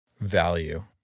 value